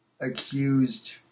accused